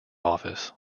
office